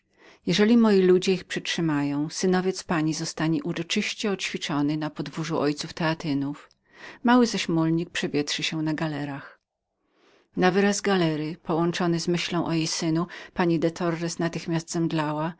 jeżeli moi ludzie ich przytrzymają synowiec pani zostanie uroczyście oćwiczonym na podwórzu ojców teatynów mały zaś mulnik przewietrzy się na galerach na ten wyraz galery połączony z myślą o jej synu pani de torres natychmiast zemdlała